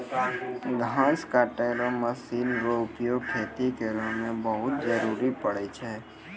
घास कटै रो मशीन रो उपयोग खेती करै मे बहुत जरुरी पड़ै छै